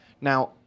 Now